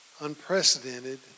unprecedented